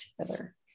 together